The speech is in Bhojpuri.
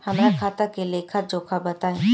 हमरा खाता के लेखा जोखा बताई?